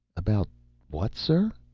about what, sir?